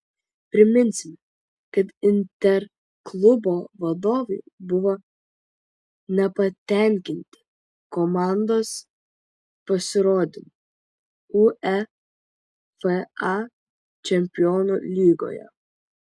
priminsime kad inter klubo vadovai buvo nepatenkinti komandos pasirodymu uefa čempionų lygoje